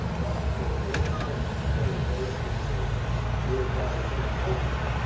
brought before court and sentenced to thirty days in the area county penitentiary.